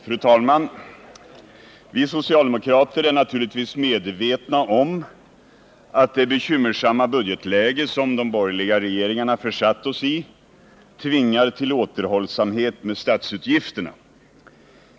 Fru talman! Vi socialdemokrater är naturligtvis medvetna om att det bekymmersamma budgetläge som de borgerliga regeringarna försatt oss i tvingar till återhållsamhet med statsutgifterna.